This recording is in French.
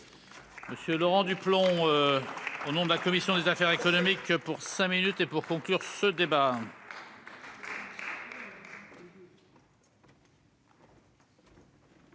Monsieur Laurent Duplomb. Au nom de la commission des affaires économiques pour cinq minutes. Et pour conclure ce débat.